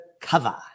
cover